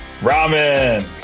Ramen